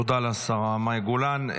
תודה לשרה מאי גולן.